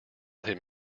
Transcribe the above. him